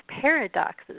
paradoxes